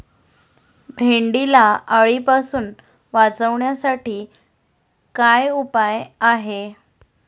भेंडीला अळीपासून वाचवण्यासाठी काय उपाय आहे?